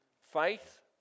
Faith